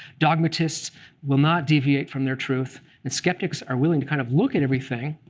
dogmatists will not deviate from their truth and skeptics are willing to kind of look at everything